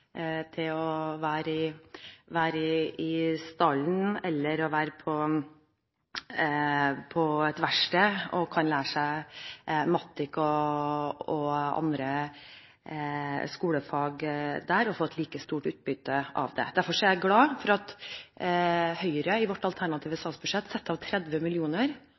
til å være i stallen eller på verkstedet og lære seg matematikk og andre skolefag der, og få et like stort utbytte av det. Derfor er jeg glad for at Høyre i sitt alternative budsjett setter av 30